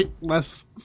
less